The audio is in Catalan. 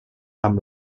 amb